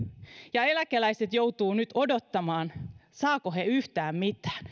ja eläkeläiset joutuvat nyt odottamaan saavatko he yhtään mitään